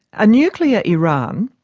a nuclear iran,